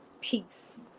peace